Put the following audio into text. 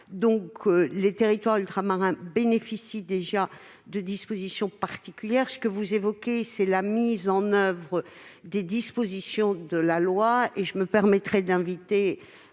Or les territoires ultramarins bénéficient déjà de dispositions particulières. Vous évoquez la mise en oeuvre des dispositions de la loi. Je me permettrai d'inviter